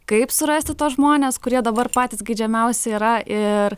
kaip surasti tuos žmones kurie dabar patys geidžiamiausi yra ir